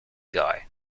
guy